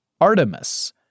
Artemis